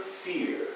fear